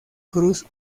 cruz